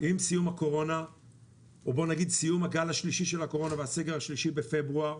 עם סיום הגל השלישי של הקורונה והסגר השלישי בפברואר